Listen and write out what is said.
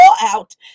out